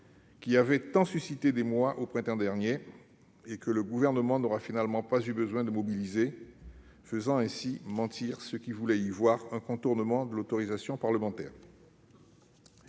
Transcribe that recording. qui a tant suscité d'émoi au printemps dernier et que le Gouvernement n'aura finalement pas eu besoin de mobiliser, faisant ainsi mentir ceux qui voulaient y voir un contournement de l'autorisation parlementaire.